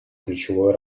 ключевой